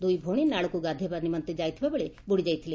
ଦୁଇ ଭଉଶୀ ନାଳକୁ ଗାଧୋଇବା ନିମନ୍ତେ ଯାଇଥିବା ବେଳେ ବୁଡ଼ି ଯାଇଥିଲେ